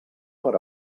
per